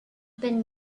been